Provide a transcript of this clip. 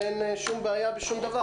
ואין שום בעיה בשום דבר.